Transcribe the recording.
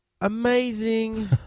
Amazing